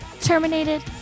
Terminated